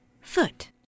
Foot